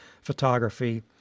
photography